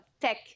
tech